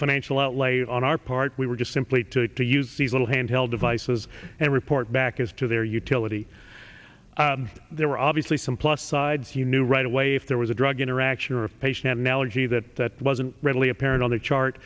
financial outlay on our part we were just simply to use these little handheld devices and report back as to their utility there were obviously some plus sides you knew right away if there was a drug interaction or a patient analogy that wasn't readily apparent on the chart